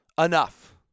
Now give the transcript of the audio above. enough